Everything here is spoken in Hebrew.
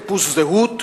חיפוש זהות,